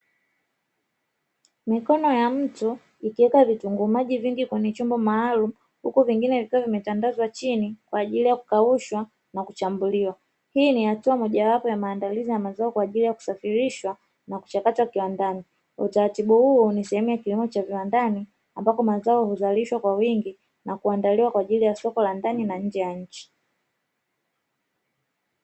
Mikono ya mtu ikiweka vitunguu maji vingi kwenye chumba maalumu, huku vingine vikiwa vimetandazwa chini kwa ajili ya kukaushwa na kuchambuliwa; hii ni hatua mojawapo ya maandalizi ya mazao kwa ajili ya kusafirishwa na mchakato wa kiwandani, utaratibu huu ni sehemu ya kilimo cha viwandani ambapo mazao huzalishwa kwa wingi na kuandaliwa kwa ajili ya soko la ndani na nje ya nchi.